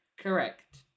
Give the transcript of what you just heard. Correct